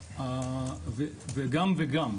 זה גם וגם,